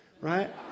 right